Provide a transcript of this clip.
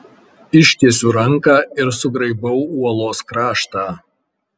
ištiesiu ranką ir sugraibau uolos kraštą